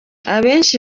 abenshi